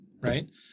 right